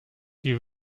die